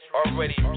already